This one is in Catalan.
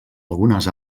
algunes